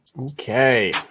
Okay